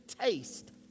taste